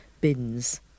bins